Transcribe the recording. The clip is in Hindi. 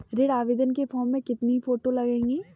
ऋण आवेदन के फॉर्म में कितनी फोटो लगेंगी?